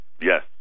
Yes